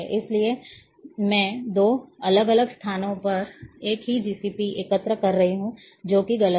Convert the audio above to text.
इसलिए मैं दो अलग अलग स्थानों पर एक ही GCP एकत्र कर रहा हूं जो कि गलत है